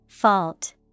Fault